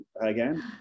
Again